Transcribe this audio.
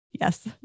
Yes